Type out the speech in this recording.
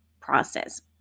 process